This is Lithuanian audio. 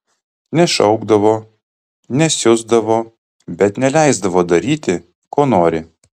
nešaukdavo nesiusdavo bet neleisdavo daryti ko nori